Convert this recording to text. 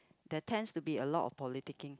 they tends to be a lot of politicking